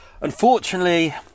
Unfortunately